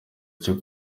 cyo